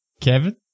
Kevin